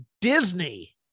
Disney